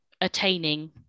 attaining